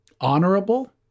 Honorable